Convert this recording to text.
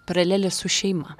paralelė su šeima